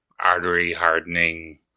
artery-hardening